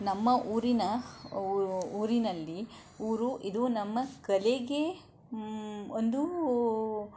ನಮ್ಮ ಊರಿನ ಊರಿನಲ್ಲಿ ಊರು ಇದು ನಮ್ಮ ಕಲೆಗೆ ಒಂದು